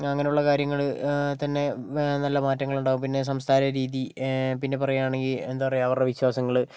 അങ്ങനുള്ള കാര്യങ്ങള് തന്നെ നല്ല മാറ്റങ്ങളുണ്ടാകും പിന്നെ സംസാരരീതി പിന്നെ പറയുവാണെങ്കിൽ എന്താ പറയുക് അവരുടെ വിശ്വാസങ്ങള്